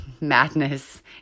madness